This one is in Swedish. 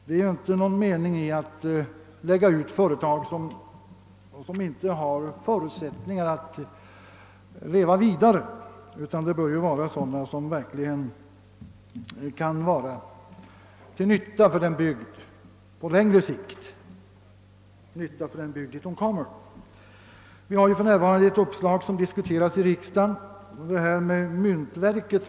Det är ju inte någon mening med att placera ut företag, som inte har förutsättningar att leva vidare, utan man bör inrikta sig på sådana företag som verkligen på längre sikt kan vara till nytta för den bygd, där de placeras. Ett uppslag som för närvarande diskuteras i riksdagen är en omplacering av myntverket.